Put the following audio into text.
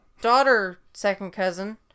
daughter-second-cousin